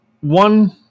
one